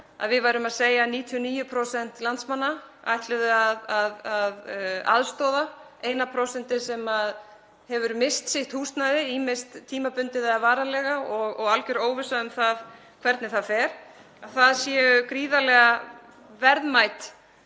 að við værum að segja að 99% landsmanna ætluðu að aðstoða eina prósentið sem hefur misst sitt húsnæði, ýmist tímabundið eða varanlega, og alger óvissa um það hvernig það fer, séu gríðarlega verðmæt